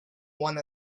one